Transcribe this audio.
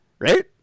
Right